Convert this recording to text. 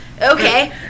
okay